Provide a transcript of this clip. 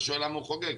אתה שואל למה הוא חוגג,